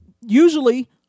usually